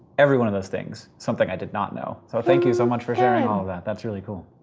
every one of those things, something i did not know. so thank you so much for sharing all of that. that's really cool.